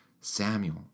Samuel